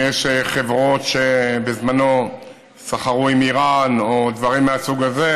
אם יש חברות שבזמנו סחרו עם איראן או דברים מהסוג הזה.